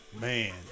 man